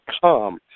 come